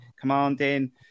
commanding